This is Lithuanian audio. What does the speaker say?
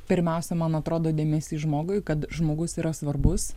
pirmiausia man atrodo dėmesys žmogui kad žmogus yra svarbus